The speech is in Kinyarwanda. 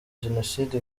jenoside